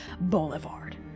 boulevard